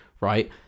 right